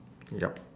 yup